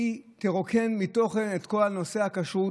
שתרוקן מתוכן את כל נושא הכשרות,